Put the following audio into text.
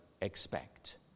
expect